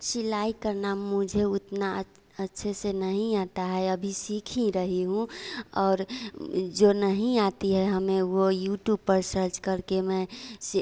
सिलाई करना मुझे उतना अच्छे से नहीं आता है अभी सीख ही रही हूँ और जो नहीं आती है हमें वह यूट्यूब पर सर्च करके मैं सी अथी